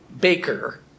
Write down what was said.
baker